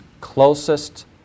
closest